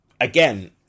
again